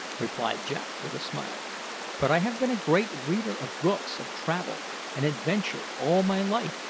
replied jack with a smile but i have been a great reader of books of travel and adventure all my life,